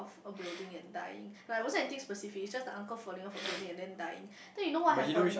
f~ a building and dying like wasn't anything specific it's just the uncle falling off a building and then dying then you know what happen